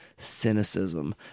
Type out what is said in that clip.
Cynicism